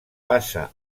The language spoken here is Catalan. passa